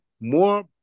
more